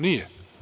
Nije.